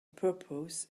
purpose